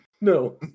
No